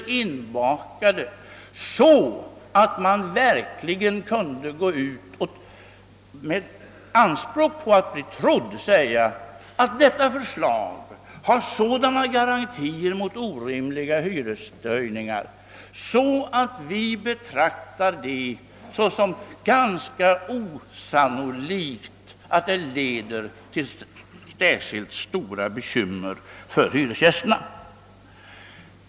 Det skulle vara ett system som gjorde att man verkligen kunde gå ut och, med anspråk på att bli trodd, säga att förslaget innefattar sådana garantier mot orimliga hyreshöjningar att vi betraktar det såsom ganska osannolikt att ett genomförande av förslaget leder till särskilt stora bekymmer för hyresgästerna.